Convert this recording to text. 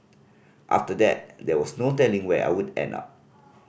after that there was no telling where I would end up